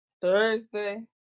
Thursday